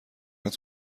است